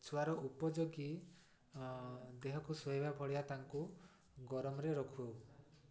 ଛୁଆର ଉପଯୋଗୀ ଦେହକୁ ଶୋଇବା ଭଳିଆ ତାଙ୍କୁ ଗରମରେ ରଖୁ